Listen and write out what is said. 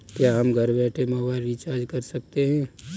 क्या हम घर बैठे मोबाइल रिचार्ज कर सकते हैं?